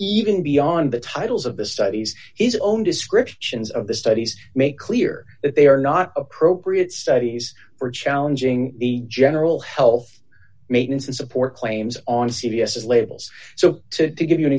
even beyond the titles of the studies his own descriptions of the studies make clear that they are not appropriate studies are challenging the general health maintenance and support claims on c b s s labels so to give you an